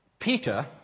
Peter